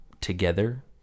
together